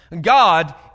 God